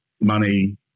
money